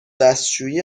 دستشویی